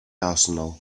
arsenal